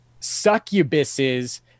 succubuses